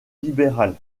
libérale